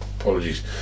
apologies